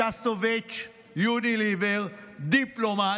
שסטוביץ', יוניליוור, דיפלומט,